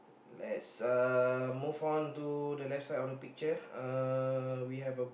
let's uh move on to the left side of the picture uh we have a